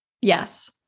Yes